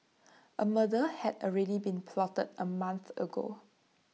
A murder had already been plotted A month ago